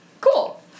Cool